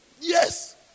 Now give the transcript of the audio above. yes